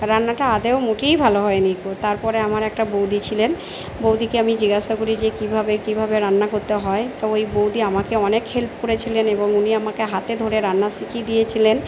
রান্নাটা আদৌ মোটেই ভালো হয় নি কো তারপরে আমার একটা বৌদি ছিলেন বৌদিকে আমি জিগাসা করি যে কীভাবে কীভাবে রান্না করতে হয় তো ওই বৌদি আমাকে অনেক হেল্প করেছিলেন এবং উনি আমাকে হাতে ধরে রান্না শিখিয়ে দিয়েছিলেন